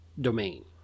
domain